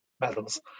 medals